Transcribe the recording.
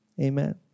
Amen